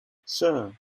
sure